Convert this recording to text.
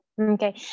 Okay